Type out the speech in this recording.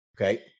Okay